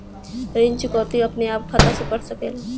ऋण चुकौती अपने आप खाता से कट सकेला?